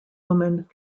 woman